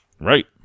Right